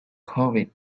covered